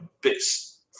bits